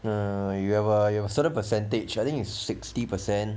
uh you have a you have a certain percentage I think it's sixty percent